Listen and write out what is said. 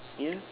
you